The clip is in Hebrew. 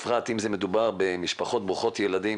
בפרט אם מדובר במשפחות ברוכות ילדים